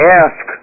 ask